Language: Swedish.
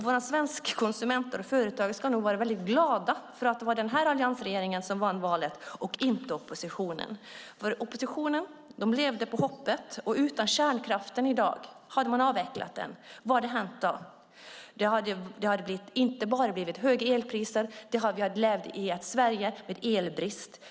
Våra svenska konsumenter och företag ska nog vara väldigt glada för att det var den här alliansen som vann valet och inte oppositionen, för oppositionen levde på hoppet. Hade man avvecklat kärnkraften och varit utan i dag, vad hade hänt då? Det hade inte bara blivit högre elpriser, vi hade levt i ett Sverige med elbrist.